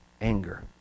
anger